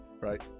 right